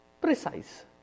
precise